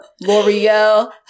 L'Oreal